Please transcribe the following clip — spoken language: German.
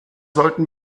sollten